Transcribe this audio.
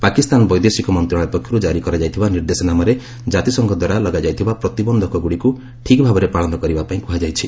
ପାକିସ୍ତାନ ବୈଦେଶିକ ମନ୍ତ୍ରଣାଳୟ ପକ୍ଷରୁ ଜାରି କରାଯାଇଥିବା ନିର୍ଦ୍ଦେଶନାମାରେ ଜାତିସଂଘ ଦ୍ୱାରା ଲଗାଯାଇଥିବା ପ୍ରତିବନ୍ଧକଗୁଡ଼ିକୁ ଠିକ୍ ଭାବରେ ପାଳନ କରିବା ପାଇଁ କୁହାଯାଇଛି